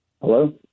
hello